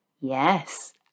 yes